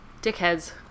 Dickheads